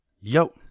yo